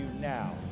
now